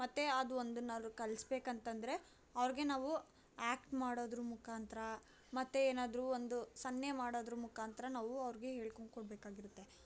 ಮತ್ತು ಅದು ಒಂದನ್ನ ಅವ್ರಿಗೆ ಕಲಿಸ್ಬೇಕಂತಂದ್ರೆ ಅವರಿಗೆ ನಾವು ಆ್ಯಕ್ಟ್ ಮಾಡೋದ್ರು ಮುಖಾಂತ್ರ ಮತ್ತೆ ಏನಾದ್ರು ಒಂದು ಸನ್ನೆ ಮಾಡೋದ್ರ ಮುಖಾಂತ್ರ ನಾವು ಅವ್ರಿಗೆ ಹೇಳ್ಕೊಂಡು ಕೊಡಬೇಕಾಗಿರುತ್ತೆ